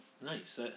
nice